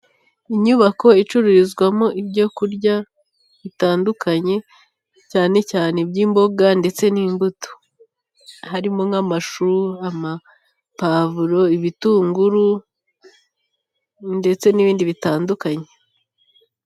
Inyubako icururizwamo ibyo kurya bitandukanye cyane cyane iby'imboga ndetse n'imbuto harimo nk'amashu, amapavuro, ibitunguru ndetse n'ibindi bitandukanye.